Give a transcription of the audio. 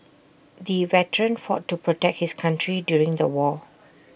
the veteran fought to protect his country during the war